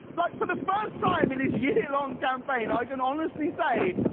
like for the first time in his year-long campaign i can honestly say,